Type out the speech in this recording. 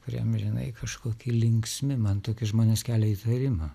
kurie amžinai kažkokie linksmi man tokie žmonės kelia įtarimą